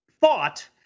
thought